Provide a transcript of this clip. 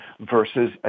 versus